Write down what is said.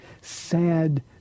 sad